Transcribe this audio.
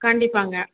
கண்டிப்பாங்க